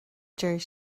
deir